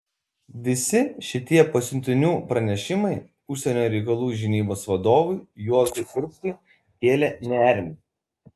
visi šitie pasiuntinių pranešimai užsienio reikalų žinybos vadovui juozui urbšiui kėlė nerimą